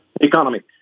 economy